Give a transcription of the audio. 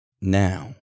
now